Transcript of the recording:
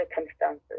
circumstances